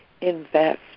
invest